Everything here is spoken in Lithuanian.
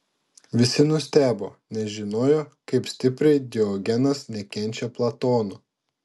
visi nustebo nes žinojo kaip stipriai diogenas nekenčia platono